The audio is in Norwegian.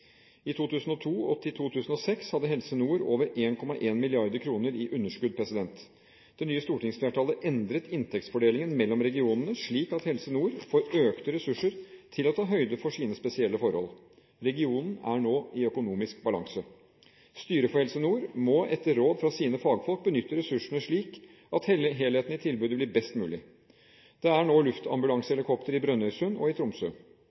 2002 til 2006 hadde Helse Nord over 1,1 mrd. kr i underskudd. Det nye stortingsflertallet endret inntektsfordelingen mellom regionene slik at Helse Nord får økte ressurser til å ta høyde for sine spesielle forhold. Regionen er nå i økonomisk balanse. Styret for Helse Nord må etter råd fra sine fagfolk benytte ressursene slik at helheten i tilbudet blir best mulig. Det er nå luftambulansehelikopter i Brønnøysund og i Tromsø.